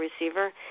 receiver